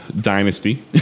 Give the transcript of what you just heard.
Dynasty